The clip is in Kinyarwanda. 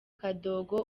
kadogo